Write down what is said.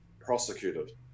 prosecuted